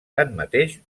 tanmateix